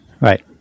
right